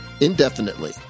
indefinitely